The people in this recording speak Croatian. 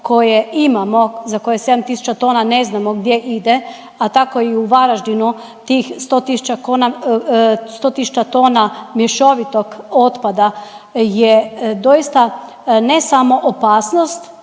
koje imamo za koje 7000 tona ne znamo gdje ide, a tako i u Varaždinu tih 100 000 tona mješovitog otpada je doista ne samo opasnost,